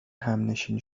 همنشین